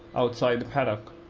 outside the paddock.